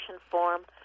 form